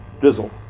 drizzle